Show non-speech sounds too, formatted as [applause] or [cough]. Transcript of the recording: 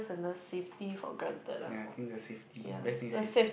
[breath] ya I think the safety best in safety